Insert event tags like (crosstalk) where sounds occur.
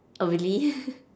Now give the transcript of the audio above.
oh really (laughs)